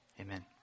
Amen